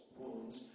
wounds